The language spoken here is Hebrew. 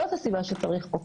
זאת הסיבה שצריך חוק.